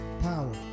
Power